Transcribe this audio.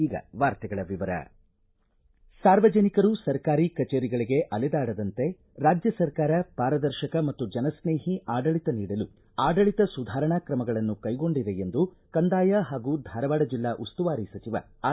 ಈಗ ವಾರ್ತೆಗಳ ವಿವರ ಸಾರ್ವಜನಿಕರು ಸರ್ಕಾರಿ ಕಚೇರಿಗಳಿಗೆ ಅಲೆದಾಡದಂತೆ ರಾಜ್ಯ ಸರ್ಕಾರ ಪಾರದರ್ಶಕ ಮತ್ತು ಜನ ಸ್ನೇಹಿ ಆಡಳಿತ ನೀಡಲು ಆಡಳಿತ ಸುಧಾರಣಾ ಕ್ರಮಗಳನ್ನು ಕೈಗೊಂಡಿದೆ ಎಂದು ಕಂದಾಯ ಹಾಗೂ ಧಾರವಾಡ ಜೆಲ್ಲಾ ಉಸ್ತುವಾರಿ ಸಚಿವ ಆರ್